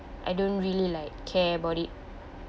I don't really like care about it